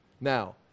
Now